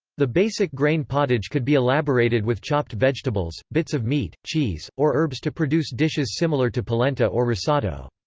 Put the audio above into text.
the basic grain pottage could be elaborated with chopped vegetables, bits of meat, cheese, or herbs to produce dishes similar to polenta or risotto.